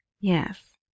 Yes